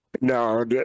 No